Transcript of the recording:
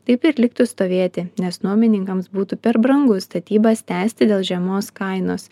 taip ir liktų stovėti nes nuomininkams būtų per brangu statybas tęsti dėl žemos kainos